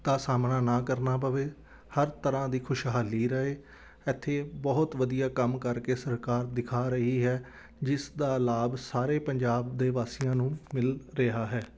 ਦਾ ਸਾਹਮਣਾ ਨਾ ਕਰਨਾ ਪਵੇ ਹਰ ਤਰ੍ਹਾਂ ਦੀ ਖੁਸ਼ਹਾਲੀ ਰਹੇ ਇੱਥੇ ਬਹੁਤ ਵਧੀਆ ਕੰਮ ਕਰਕੇ ਸਰਕਾਰ ਦਿਖਾ ਰਹੀ ਹੈ ਜਿਸ ਦਾ ਲਾਭ ਸਾਰੇ ਪੰਜਾਬ ਦੇ ਵਾਸੀਆਂ ਨੂੰ ਮਿਲ ਰਿਹਾ ਹੈ